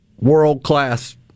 world-class